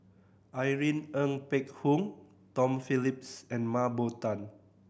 Irene Ng Phek Hoong Tom Phillips and Mah Bow Tan